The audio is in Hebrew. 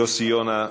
יוסי יונה,